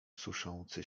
suszący